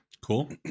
Cool